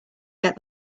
get